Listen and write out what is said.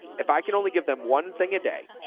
if i can only give them one thing a day,